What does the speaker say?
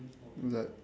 the